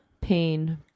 pain